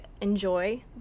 enjoy